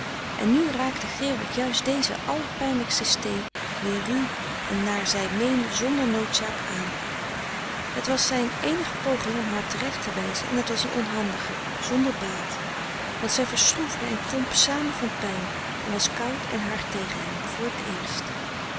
en nu raakte gerard juist deze allerpijnlijkste stee weer ruw en naar zij meende zonder noodzaak aan het was zijn eenige poging om haar terecht te wijzen en het was een onhandige zonder baat want zij verstroefde en kromp samen van pijn en was koud en hard tegen hem voor t eerst